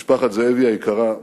משפחת זאבי היקרה,